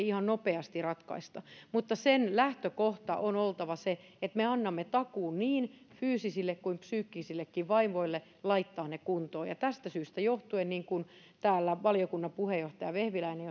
ihan nopeasti ratkaista mutta sen lähtökohtana on oltava se että me annamme niin fyysisille kuin psyykkisillekin vaivoille takuun laittaa ne kuntoon tästä syystä johtuen niin kuin täällä valiokunnan puheenjohtaja vehviläinen